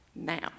Now